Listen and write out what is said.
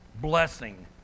blessing